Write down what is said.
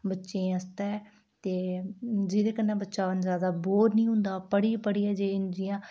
बच्चें आस्तै ते जेह्दे कन्नै बच्चा जादा बोर निं होंदा पढ़ी पढ़ियै जे जियां